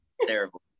terrible